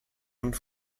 und